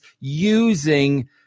using